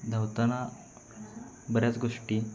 धावताना बऱ्याच गोष्टी